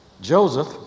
Joseph